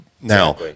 Now